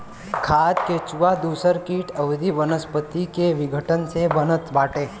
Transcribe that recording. खाद केचुआ दूसर किट अउरी वनस्पति के विघटन से बनत बाटे